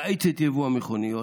להאיץ את יבוא המכוניות.